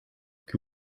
que